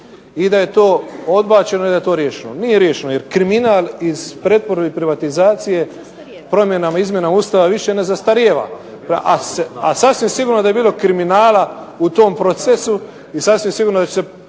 i da je to odbačeno, i da je to riješeno. Nije riješeno, jer kriminal iz pretvorbe i privatizacije promjenama i izmjenama Ustava više ne zastarijeva, a sasvim sigurno da je bilo kriminala u tom procesu, i sasvim sigurno da će se